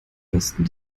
besten